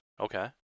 Okay